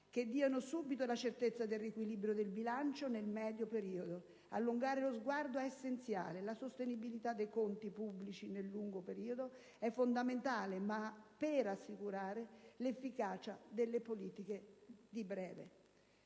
che diano subito la certezza del riequilibrio del bilancio nel medio periodo. Allungare lo sguardo è essenziale: la sostenibilità dei conti pubblici nel lungo periodo è fondamentale anche per assicurare l'efficacia delle politiche di breve».